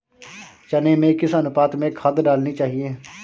चने में किस अनुपात में खाद डालनी चाहिए?